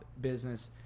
business